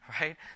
Right